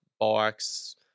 bikes